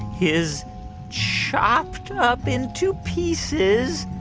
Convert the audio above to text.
is chopped up into pieces,